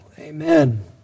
Amen